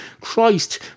Christ